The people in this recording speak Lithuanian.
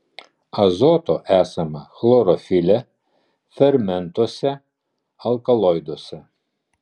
azoto esama chlorofile fermentuose alkaloiduose